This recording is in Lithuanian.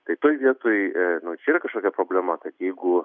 tai toj vietoj nu čia yra kažkokia problema tai jeigu